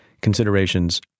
considerations